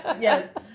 yes